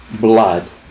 blood